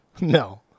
No